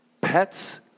pets